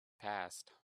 passed